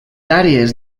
àrees